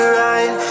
right